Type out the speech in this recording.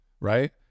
right